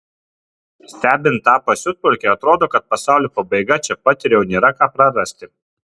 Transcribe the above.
stebint tą pasiutpolkę atrodo kad pasaulio pabaiga čia pat ir jau nėra ką prarasti